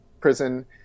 prison